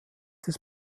des